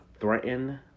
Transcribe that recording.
threaten